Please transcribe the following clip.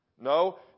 No